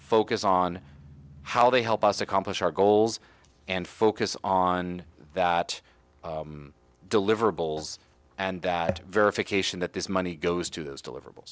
focus on how they help us accomplish our goals and focus on that deliverables and that verification that this money goes to those deliverable